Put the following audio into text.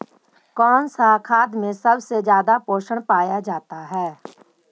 कौन सा खाद मे सबसे ज्यादा पोषण पाया जाता है?